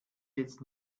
jetzt